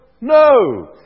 No